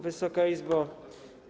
Wysoka Izbo!